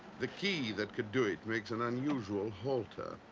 the key that could do it makes an unusual halter.